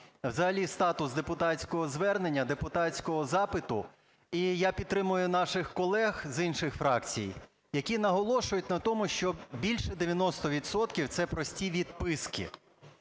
взагалі статус депутатського звернення, депутатського запиту. І я підтримую наших колег з інших фракцій, які наголошують на тому, що більше 90 відсотків - це прості відписки.